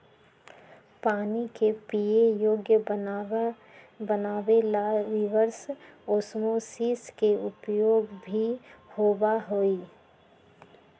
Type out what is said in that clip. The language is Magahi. पानी के पीये योग्य बनावे ला रिवर्स ओस्मोसिस के उपयोग भी होबा हई